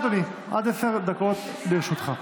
בבקשה, אדוני, עד עשר דקות לרשותך.